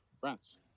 France